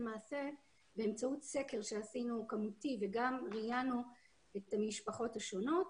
באמצעות סקר כמותי שעשינו וגם ראיינו את המשפחות השונות,